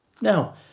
Now